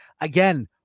Again